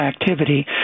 activity